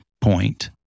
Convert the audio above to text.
point